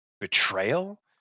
betrayal